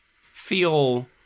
feel